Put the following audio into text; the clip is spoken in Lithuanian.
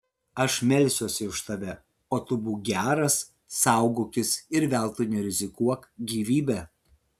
aš melsiuosi už tave o tu būk geras saugokis ir veltui nerizikuok gyvybe